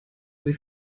sie